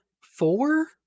Four